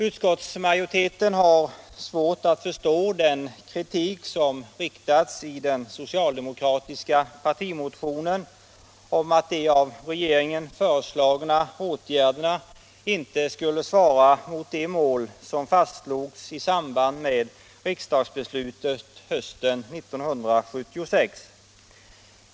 Utskottsmajoriteten har svårt att förstå den kritik som framförts i den socialdemokratiska partimotionen — att de av regeringen föreslagna åtgärderna inte skulle svara mot de mål som fastslogs i samband med riksdagsbeslutet hösten 1976.